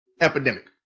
epidemic